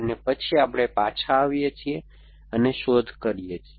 અને પછી આપણે પાછા આવીએ છીએ અને શોધ કરીએ છીએ